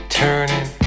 turning